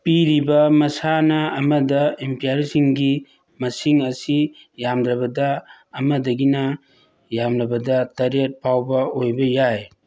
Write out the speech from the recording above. ꯄꯤꯔꯤꯕ ꯃꯁꯥꯟꯅ ꯑꯃꯗ ꯏꯝꯄꯤꯌꯥꯔꯁꯤꯡꯒꯤ ꯃꯁꯤꯡ ꯑꯁꯤ ꯌꯥꯝꯗ꯭ꯔꯕꯗ ꯑꯃꯗꯒꯤ ꯌꯥꯝꯂꯕꯗ ꯇꯔꯦꯠ ꯐꯥꯎꯕ ꯑꯣꯏꯕ ꯌꯥꯏ